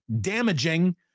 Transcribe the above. damaging